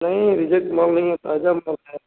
नहीं रिजेक्ट माल नहीं है ताज़ा माल है